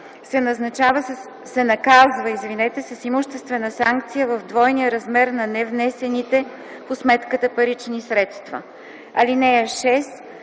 се наказва с имуществена санкция в двойния размер на невнесените по сметката парични средства. (6)